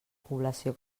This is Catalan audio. població